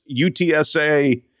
UTSA